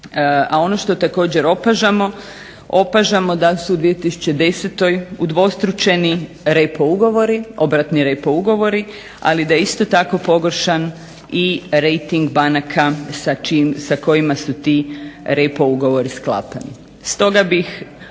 A ono što također opažamo, opažamo da su u 2010. udvostručeni obratni repo ugovori, ali da je isto tako pogoršan i rejting banaka sa kojima su ti repo ugovori sklapani.